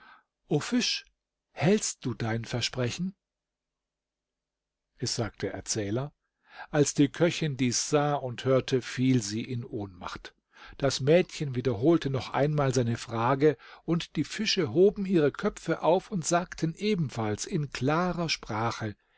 fisch hältst du dein versprechen es sagt der erzähler als die köchin dies sah und hörte fiel sie in ohnmacht das mädchen wiederholte noch einmal seine frage und die fische hoben ihre köpfe auf und sagten ebenfalls in klarer sprache